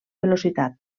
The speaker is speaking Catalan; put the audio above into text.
velocitat